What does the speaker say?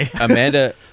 Amanda